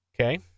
okay